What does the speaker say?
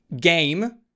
game